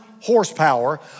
horsepower